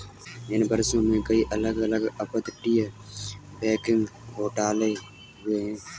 इन वर्षों में, कई अलग अलग अपतटीय बैंकिंग घोटाले हुए हैं